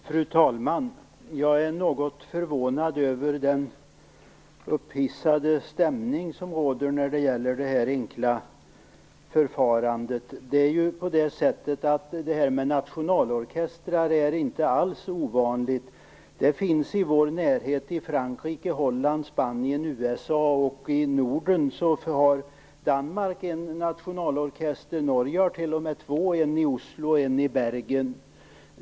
Fru talman! Jag är något förvånad över den upphissade stämning som råder när det gäller det här enkla förfarandet. Det här med nationalorkestrar är inte alls något ovanligt. Det finns i vår närhet i Frankrike, Holland och Spanien samt i USA. I Norden har Danmark en nationalorkester och Norge har t.o.m. två - en i Oslo och en i Bergen.